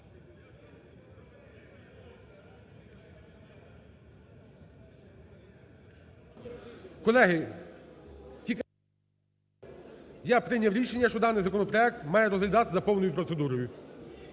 Колеги, я прийняв рішення, що даний законопроект має розглядатися за повною процедурою.